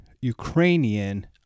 Ukrainian